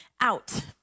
out